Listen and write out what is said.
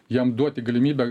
jam duoti galimybę